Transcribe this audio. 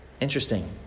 interesting